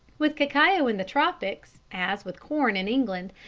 with cacao in the tropics, as with corn in england,